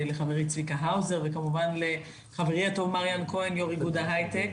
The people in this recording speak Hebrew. לחברי צביקה האוזר וכמובן לחברי הטוב מריאן כהן יושב ראש איגוד היי-טק.